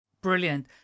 brilliant